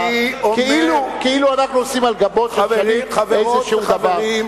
כאילו אנחנו עושים על גבו של שליט איזשהו דבר.